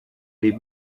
les